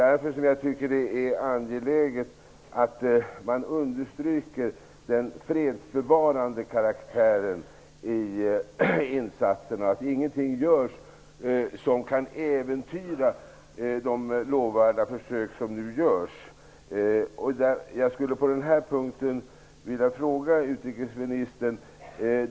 Därför tycker jag att det är angeläget att man understryker insatsernas fredsbevarande karaktär och att ingenting görs som kan äventyra de lovvärda försök som nu görs. På denna punkt skulle jag vilja ställa en fråga till utrikesministern.